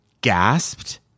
gasped